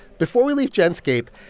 before we leave genscape,